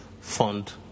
fund